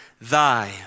thy